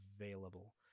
available